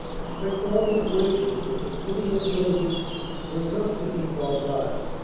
strict orders were issued that the city and villages were not to be bombarded,